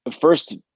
first